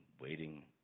waiting